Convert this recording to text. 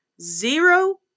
Zero